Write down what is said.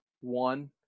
one